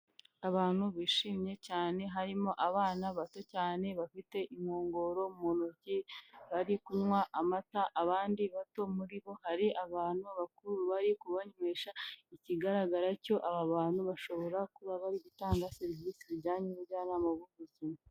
Abantu bishimye cyane harimo abana bato cyane bafite inkongoro mu ntoki, bari kunywa amata abandi bato muri bo hari abantu bakuru bari kubanywesha, ikigaragara cyo aba bantu bashobora kuba batanga serivisi zijyanye n'ubujyanama bw'ubuzima.